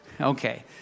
Okay